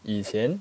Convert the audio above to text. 以前